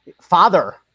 Father